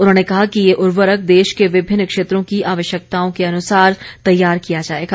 उन्होंने कहा कि ये उर्वरक देश के विभिन्न क्षेत्रों की आवश्यकताओं के अँनुसार र्तैयार किया जाएगा